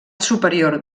superior